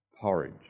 porridge